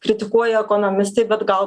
kritikuoja ekonomistai bet gal